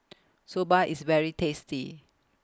Soba IS very tasty